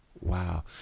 Wow